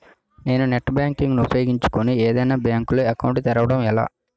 నేను net banking ను ఉపయోగించుకుని ఏదైనా బ్యాంక్ లో అకౌంట్ తెరవడం ఎలా?